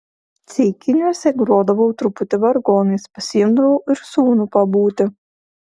ceikiniuose grodavau truputį vargonais pasiimdavau ir sūnų pabūti